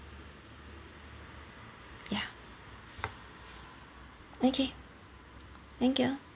yeah okay thank you